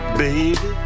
baby